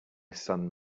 son